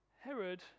Herod